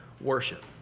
worship